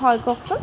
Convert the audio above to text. হয় কওকচোন